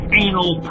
anal